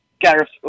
Gareth